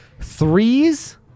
Threes